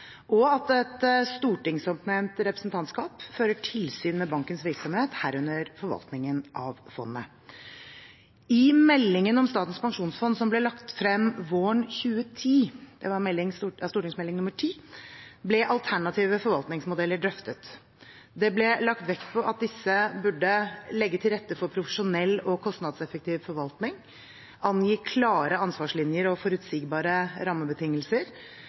og at et stortingsoppnevnt representantskap fører tilsyn med bankens virksomhet, herunder forvaltningen av fondet. I meldingen om Statens pensjonsfond, som ble lagt frem våren 2010, Meld. St. 10 for 2009–2010, ble alternative forvaltningsmodeller drøftet. Det ble lagt vekt på at disse burde legge til rette for profesjonell og kostnadseffektiv forvaltning, angi klare ansvarslinjer og forutsigbare rammebetingelser,